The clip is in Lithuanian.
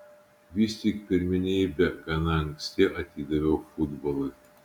vis tik pirmenybę gana anksti atidaviau futbolui